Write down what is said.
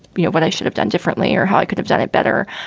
you know what i should have done differently or how i could have done it better.